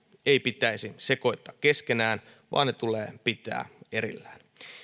ei pitäisi sekoittaa keskenään vaan ne tulee pitää erillään